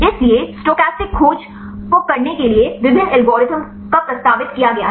इसलिए स्टोकेस्टिक खोज को करने के लिए विभिन्न एल्गोरिदम का प्रस्तावित किया गया है